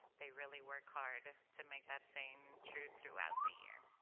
they really work hard to make that saying true throughout the year.